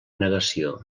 negació